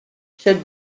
should